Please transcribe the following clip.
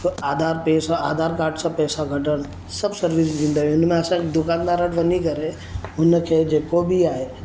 आधार पे सां आधार कार्ड सां पैसा कढणु सभु सर्विस ॾींदा आहियूं हिन में असां दुकानदारु वटि वञी करे हुनखे जेको बि आहे